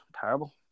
terrible